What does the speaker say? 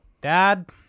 Dad